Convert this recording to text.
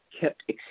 kept